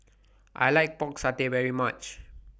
I like Pork Satay very much